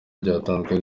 ryatanzwe